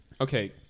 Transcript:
okay